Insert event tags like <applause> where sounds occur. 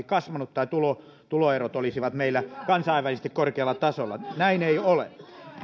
<unintelligible> kasvanut tai tuloerot olisivat meillä kansainvälisesti korkealla tasolla näin ei ole